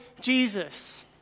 Jesus